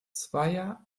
zweier